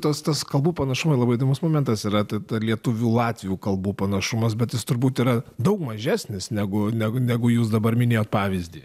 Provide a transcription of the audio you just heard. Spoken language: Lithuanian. tas tas kalbų panašumai labai įdomus momentas yra ta ta lietuvių latvių kalbų panašumas bet jis turbūt yra daug mažesnis negu negu negu jūs dabar minėjot pavyzdį